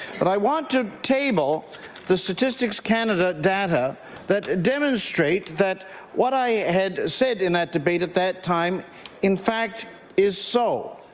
but i want to table the statistics canada data that demonstrates that what i had said in that debate at that time in fact is so.